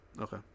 Okay